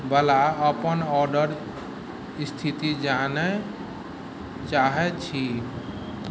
वला अपन ऑर्डर स्थिति जानय चाहैत छी